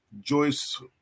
Joyce